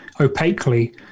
opaquely